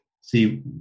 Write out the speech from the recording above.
see